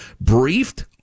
briefed